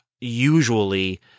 usually